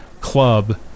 club